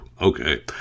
okay